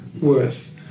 worth